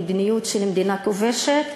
מדיניות של מדינה כובשת.